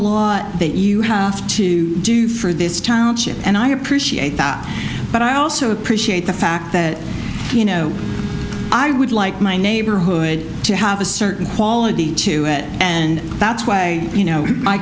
lot that you have to do for this township and i appreciate that but i also appreciate the fact that you know i would like my neighborhood to have a certain quality to it and that's why you know